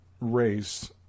race